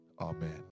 Amen